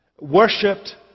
worshipped